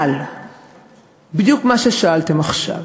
בדיוק מה ששאלתם עכשיו.